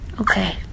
Okay